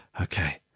Okay